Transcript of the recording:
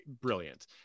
brilliant